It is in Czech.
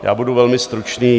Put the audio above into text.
Já budu velmi stručný.